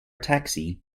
taxi